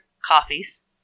coffees